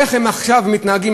איך הם עכשיו מתנהגים?